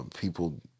People